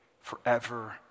forever